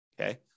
Okay